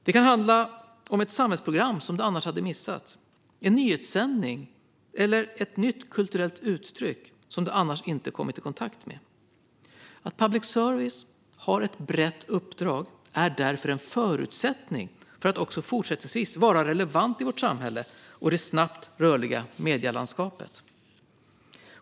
Det kan handla om ett samhällsprogram som man annars hade missat eller om en nyhetssändning eller ett nytt kulturellt uttryck som man annars inte hade kommit i kontakt med. Att public service har ett brett uppdrag är därför en förutsättning för att public service också fortsättningsvis ska vara relevant i vårt samhälle och i det snabbrörliga medielandskapet.